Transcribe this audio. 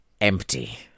empty